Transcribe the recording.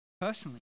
personally